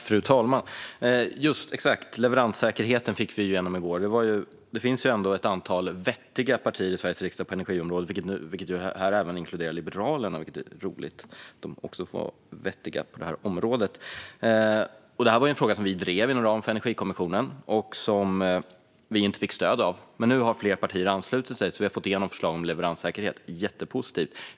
Fru talman! Exakt, leveranssäkerheten fick vi igenom i går. På energiområdet finns det ändå ett antal vettiga partier i Sveriges riksdag, vilket inkluderar Liberalerna. Det är ju roligt att de är vettiga på detta område. Denna fråga drev vi inom ramen för Energikommissionen, men vi fick inte stöd för den. Nu har dock fler partier anslutit sig, och vi har fått igenom förslaget om leveranssäkerhet, vilket är jättepositivt.